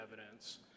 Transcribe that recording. evidence